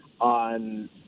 on